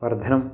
वर्धनम्